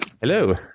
Hello